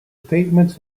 statements